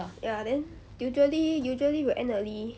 ya then usually usually will end early